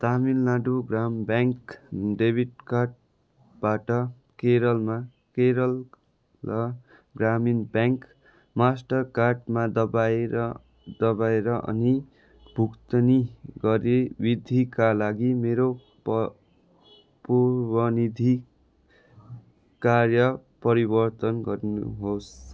तामिलनाडू ग्राम bank debit कार्टबाट केरलामा केरला र ग्रामीण ब्याङ्क मास्टरकार्डमा दबाएर दबाएर अनि भुक्तानी गरी मितिका लागि मेरो प पूर्वनीति कार्य परिवर्तन गर्नुहोस्